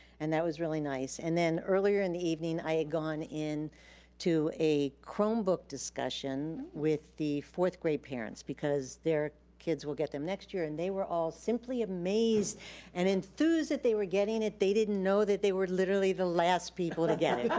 and that was really nice. and then earlier in the evening, i had gone in to a chromebook discussion with the fourth grade parents because their kids will get them next year. and they were all simply amazed and enthused that they were getting it. they didn't know that they were literally the last people to get it,